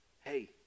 hey